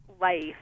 life